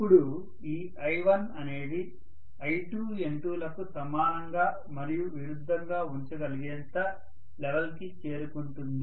ఇప్పుడు ఈ I1 అనేది I2N2 లకు సమానంగా మరియు విరుద్ధంగా ఉండగలిగేంత లెవెల్ కి చేరుకుంటుంది